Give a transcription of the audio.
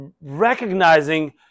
recognizing